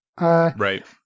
Right